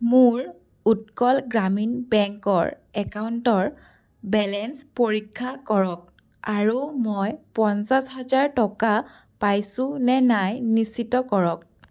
মোৰ উৎকল গ্ৰামীণ বেংকৰ একাউণ্টৰ বেলেঞ্চ পৰীক্ষা কৰক আৰু মই পঞ্চাছ হাজাৰ টকা পাইছোঁনে নাই নিশ্চিত কৰক